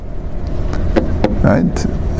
Right